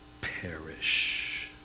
perish